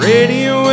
Radio